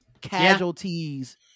casualties